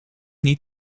niet